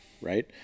Right